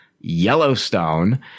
Yellowstone